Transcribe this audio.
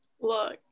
Look